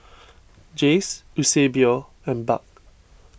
Jayce Eusebio and Buck